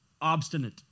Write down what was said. obstinate